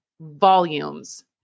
volumes